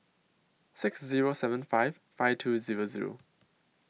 six Zero seven five five two Zero Zero